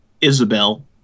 Isabel